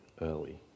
early